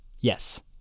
Yes